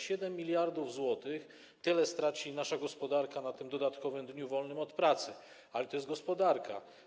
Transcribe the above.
7 mld zł - tyle straci nasza gospodarka na tym dodatkowym dniu wolnym od pracy, ale to jest gospodarka.